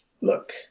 look